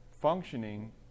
functioning